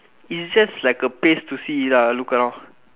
is just like a place to see lah look around